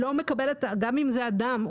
גם אם זה אדם,